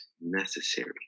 necessary